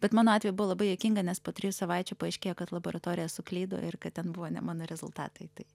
bet mano atveju buvo labai juokinga nes po trijų savaičių paaiškėjo kad laboratorija suklydo ir kad ten buvo ne mano rezultatai tai